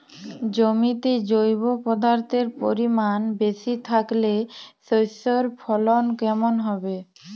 জমিতে জৈব পদার্থের পরিমাণ বেশি থাকলে শস্যর ফলন কেমন হবে?